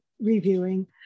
reviewing